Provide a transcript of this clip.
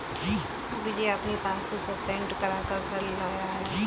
विजय अपनी पासबुक को प्रिंट करा कर घर लेकर आया है